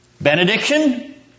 Benediction